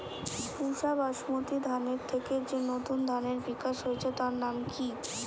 পুসা বাসমতি ধানের থেকে যে নতুন ধানের বিকাশ হয়েছে তার নাম কি?